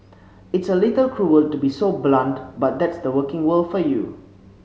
it's a little cruel to be so blunt but that's the working world for you